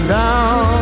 down